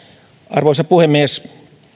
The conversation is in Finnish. arvoisa puhemies